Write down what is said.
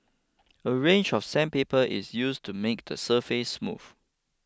a range of sandpaper is used to make the surface smooth